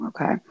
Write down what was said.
Okay